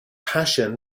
passion